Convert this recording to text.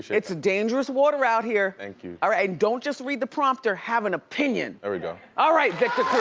it's dangerous water out here. thank you all right, and don't just read the prompter, have an opinion. there we go. all right, victor cruz.